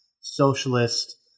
socialist